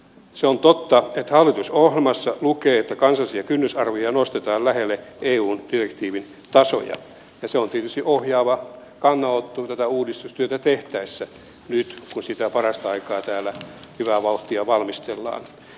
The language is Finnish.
se on totta että hallitusohjelmassa lukee että kansallisia kynnysarvoja nostetaan lähelle eun direktiivin tasoja ja se on tietysti ohjaava kannanotto tätä uudistustyötä tehtäessä nyt kun sitä parastaikaa täällä hyvää vauhtia valmistellaan